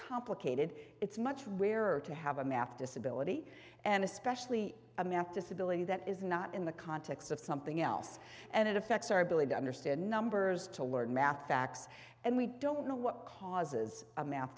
complicated it's much rarer to have a math disability and especially a math disability that is not in the context of something else and it affects our ability to understand numbers to learn math facts and we don't know what causes a m